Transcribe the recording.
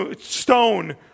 stone